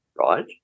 right